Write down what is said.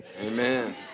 Amen